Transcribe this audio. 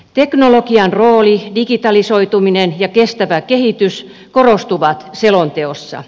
teknologian rooli digitalisoituminen ja kestävä kehitys korostuvat selonteossa